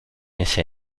ese